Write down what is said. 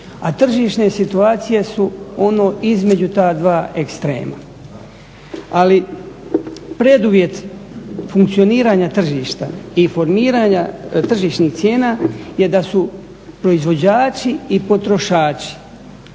A tržišne situacije su ono između ta dva ekstrema. Ali preduvjet funkcioniranja tržišta i formiranja tržišnih cijena je da su proizvođači i potrošači,